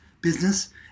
business